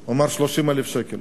הוא אמר: 30,000 שקלים.